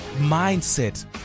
mindset